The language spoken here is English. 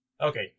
Okay